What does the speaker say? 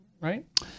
right